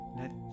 let